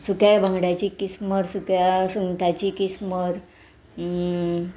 सुक्या बांगड्याची किस्मर सुक्या सुंगटाची किस्मर